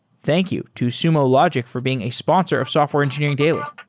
thank you to sumo logic for being a sponsor of software engineering daily